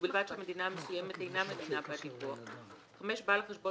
ובלבד שהמדינה המסוימת אינה מדינה בת דיווח; בעל החשבון